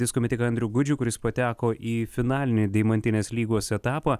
disko metiką andrių gudžių kuris pateko į finalinį deimantinės lygos etapą